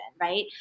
right